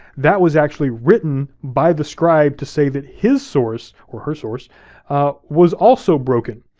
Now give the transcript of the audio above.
that was actually written by the scribe to say that his source or her source was also broken.